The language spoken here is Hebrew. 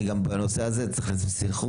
אני גם בנושא הזה צריך סנכרון.